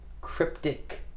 cryptic